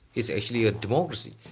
is actually a democracy.